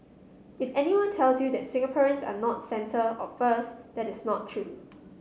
if anyone tells you that Singaporeans are not centre or first that is not true